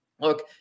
look